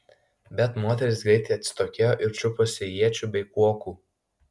bet moterys greitai atsitokėjo ir čiuposi iečių bei kuokų